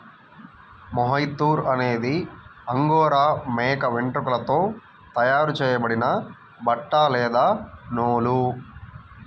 mohair అనేది Angora మేక వెంట్రుకలతో తయారు చేయబడిన బట్ట లేదా నూలు